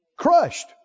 crushed